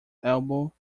elbow